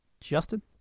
Justin